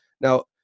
Now